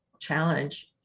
challenge